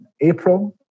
April